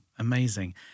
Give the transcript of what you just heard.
Amazing